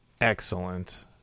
Excellent